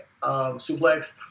suplex